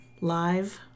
live